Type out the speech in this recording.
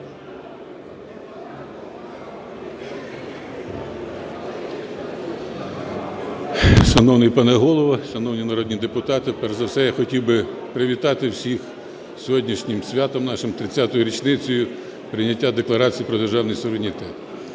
Шановний пане Голово, шановні народні депутати, перш за все я хотів би привітати всіх з сьогоднішнім святом нашим – 30 річницею прийняття Декларації про державний суверенітет.